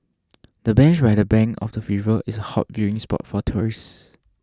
the bench by the bank of the river is a hot viewing spot for tourists